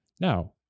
Now